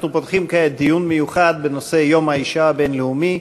אנחנו פותחים כעת דיון מיוחד בנושא יום האישה הבין-לאומי,